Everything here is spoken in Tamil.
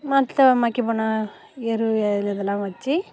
மற்ற மக்கிப்போன எரு இதெல்லாம் வச்சு